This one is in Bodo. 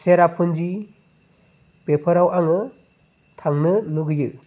सेराफुन्जि बेफोराव आङो थांनो लुबैयो